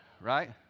Right